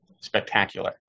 spectacular